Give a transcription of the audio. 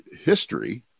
history